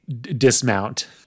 dismount